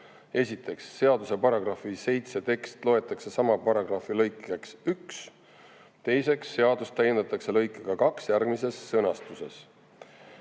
1) seaduse paragrahvi 7 tekst loetakse sama paragrahvi lõikeks 1; 2) seadust täiendatakse lõikega 2 järgmises sõnastuses: